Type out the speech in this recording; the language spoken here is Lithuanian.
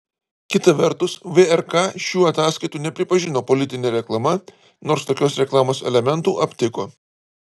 kita vertus vrk šių ataskaitų nepripažino politine reklama nors tokios reklamos elementų aptiko